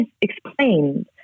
explained